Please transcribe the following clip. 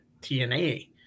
TNA